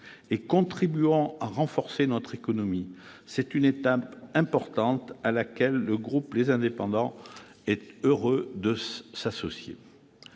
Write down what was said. contribuons à renforcer notre économie. C'est une étape importante, à laquelle le groupe Les Indépendants est heureux de s'associer.